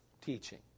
teaching